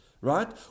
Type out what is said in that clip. right